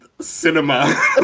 Cinema